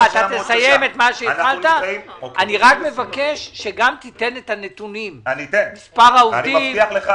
רק מבקש שגם תיתן את הנתונים מספר העובדים.